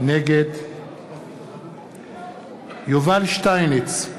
נגד יובל שטייניץ,